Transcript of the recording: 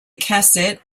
cassette